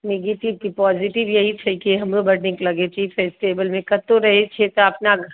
negative की positive यही छै कि हमरो बड नीक लगैत छै ई फेस्टिवलमे कतहुँ रहैत छियै तऽ अपना